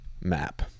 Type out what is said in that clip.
Map